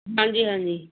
ਹਾਂਜੀ ਹਾਂਜੀ